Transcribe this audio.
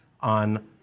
on